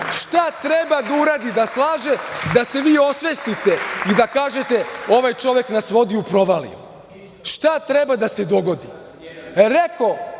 šta treba da uradi da slaže da se vi osvestite i da kažete ovaj čovek nas vodi u provaliju. Šta treba da se dogodi? Jel